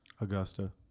Augusta